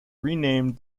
renamed